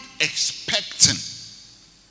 expecting